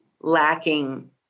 lacking